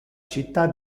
città